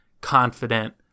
confident